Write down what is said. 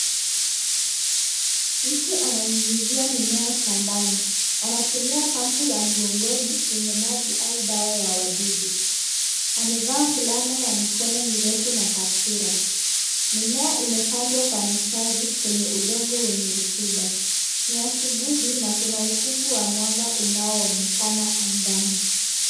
Mtu ananyunyizia mimea shambani. Anatumia pump ya mgongoni yenye maji au dawa ya wadudu. Amevaa fulana ya mikono mirefu na kaptura. Mimea imepandwa kwa mistari kwenye udongo wenye rutuba. Ni asubuhi, na kuna ukungu wa mwanga unaoonekana angani.